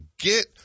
Get